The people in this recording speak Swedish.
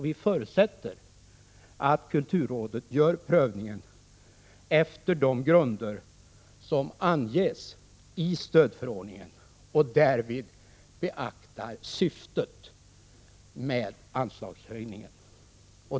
Vi förutsätter att kulturrådet gör prövningen i enlighet med de grunder som anges i stödförordningen och därvid beaktar syftet med anslagshöjningen.